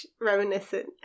reminiscent